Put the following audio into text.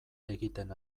egiten